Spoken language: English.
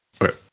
right